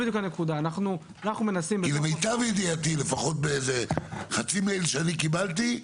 למיטב ידיעתי, ממייל שקיבלתי,